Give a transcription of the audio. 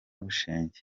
bushenge